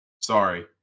sorry